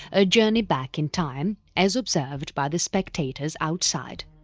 a journey back in time as observed by the spectators outside.